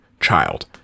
child